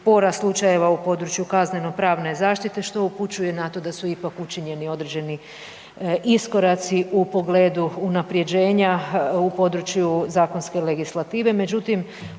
porast slučajeva u području kaznenopravne zaštite što upućuje na to da su ipak učinjeni određeni iskoraci u pogledu unapređenja u području zakonske legislative.